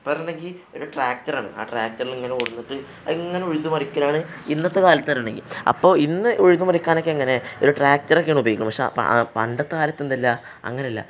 ഇപ്പോള് പറഞ്ഞിട്ടുണ്ടെങ്കില് ഒരു ട്രാക്ടറാണ് ആ ട്രാക്ടര് ഇങ്ങനെ കൊണ്ടുവന്നിട്ട് അതിങ്ങനെ ഉഴുതുമറിക്കലാണ് ഇന്നത്തെ കാലത്തെന്ന് പറഞ്ഞിട്ടുണ്ടെങ്കില് അപ്പോള് ഇന്ന് ഉഴുതുമറിക്കാനൊക്കെ എങ്ങനെയാണ് ഒരു ട്രാക്ടറൊക്കെയാണ് ഉപയോഗിക്കുന്നത് പക്ഷെ പണ്ടത്തെക്കാലത്ത് എന്തല്ല അങ്ങനെയല്ല